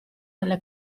delle